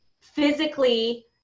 physically